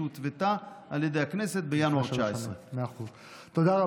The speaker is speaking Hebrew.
שהותוותה על ידי הכנסת בינואר 2019. מאה אחוז,